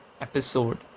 episode